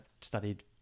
studied